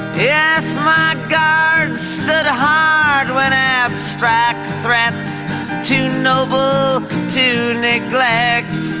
yes, my guard stood hard when abstract threats too noble to neglect